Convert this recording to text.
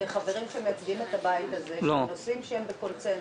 כחברים שמייצגים את הבית הזה בנושאים שהם בקונצנזוס,